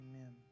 Amen